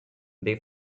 they